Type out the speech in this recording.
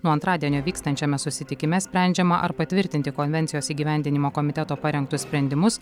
nuo antradienio vykstančiame susitikime sprendžiama ar patvirtinti konvencijos įgyvendinimo komiteto parengtus sprendimus